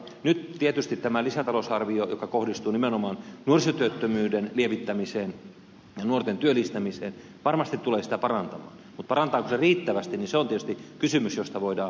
nyt tietysti tämä lisätalousarvio joka kohdistuu nimenomaan nuorisotyöttömyyden lievittämiseen ja nuorten työllistämiseen varmasti tulee lukuja parantamaan mutta parantaako riittävästi se on tietysti kysymys josta voidaan keskustella vaikka aamuun saakka